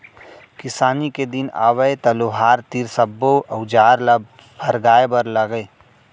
किसानी के दिन आवय त लोहार तीर सब्बो अउजार ल फरगाय बर लागय